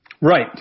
Right